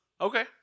Okay